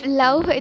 love